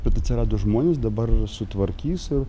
bet atsirado žmonės dabar sutvarkys ir